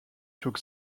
took